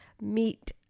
meet